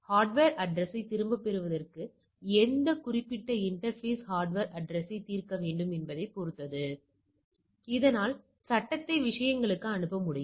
hardware address ஐ திரும்பப் பெறுவதற்கு எந்த குறிப்பிட்ட இன்டர்பேஸ் ஹார்ட்வர் அட்ரஸ்யைத் தீர்க்க வேண்டும் என்பதைப் பொறுத்தது இதனால் சட்டத்தை விஷயங்களுக்கு அனுப்ப முடியும்